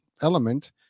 element